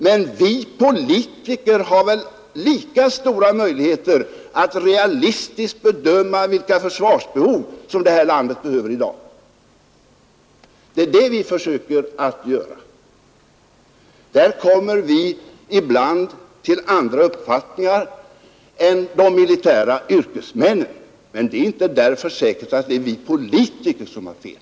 Men vi politiker har väl lika stora möjligheter att realistiskt bedöma vilka försvarsbehov som det här landet har i dag. Det är det vi försöker göra, och där kommer vi ibland till andra uppfattningar än de militära yrkesmännen, men det är inte därför säkert att det är vi politiker som har fel.